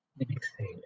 exhale